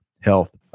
health